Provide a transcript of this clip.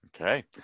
Okay